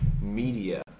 media